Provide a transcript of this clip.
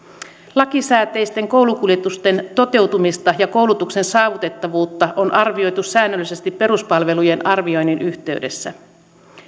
lakisääteisten koulukuljetusten toteutumista ja koulutuksen saavutettavuutta on arvioitu säännöllisesti peruspalvelujen arvioinnin yhteydessä